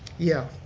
yeah,